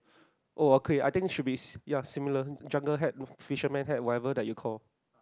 oh okay I think should be s~ ya similar jungle hat fisherman hat whatever that you call